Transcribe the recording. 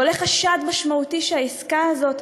ועולה חשד משמעותי שהעסקה הזאת,